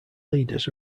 leaders